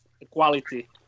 equality